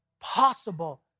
possible